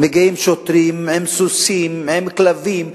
מגיעים שוטרים עם סוסים, עם כלבים,